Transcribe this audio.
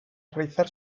realizar